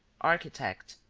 architect,